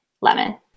Lemon